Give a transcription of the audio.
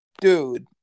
Dude